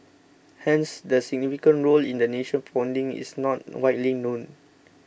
hence their significant role in the nation's founding is not widely known